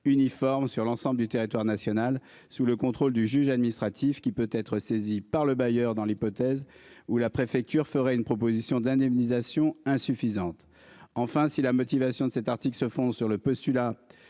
uniforme sur l'ensemble du territoire national sous le contrôle du juge administratif qui peut être saisie par le bailleur, dans l'hypothèse où la préfecture fera une proposition d'indemnisation insuffisante. Enfin si la motivation de cet article se font sur le postulat